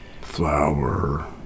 Flower